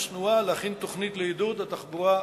תנועה" להכין תוכנית לעידוד התחבורה הציבורית.